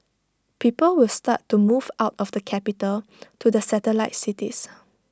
people will start to move out of the capital to the satellite cities